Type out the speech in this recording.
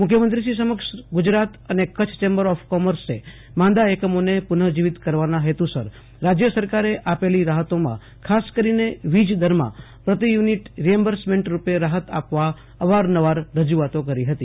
મુખ્યમંત્રીશ્રી સમક્ષ ગુજરાત અને કચ્છ ચેમ્બર્સ ઓફ કોમર્સે માંદા એકમોને પૂનજીવીત કરવાના હેતુસર રાજ્ય સરકારે આપેલી રાહતોમાં ખાસ કરીને વીજ દરમાં પ્રતિયુનિટ રીએમ્બર્સમેન્ટ રૂપે રાહત આપવા અવારનવાર રજુઆતો કરી હતી